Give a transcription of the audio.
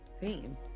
theme